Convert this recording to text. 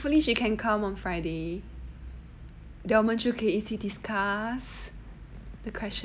hopefully she can come on friday then 我们可以一起 discuss the question